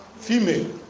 female